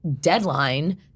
deadline